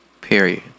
Period